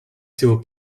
teo